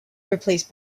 replaced